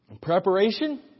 Preparation